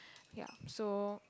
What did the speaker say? ya so